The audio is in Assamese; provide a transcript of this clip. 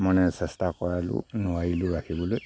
মানে চেষ্টা কৰালোঁ নোৱাৰিলোঁ ৰাখিবলৈ